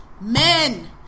Men